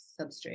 substrate